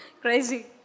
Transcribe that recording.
Crazy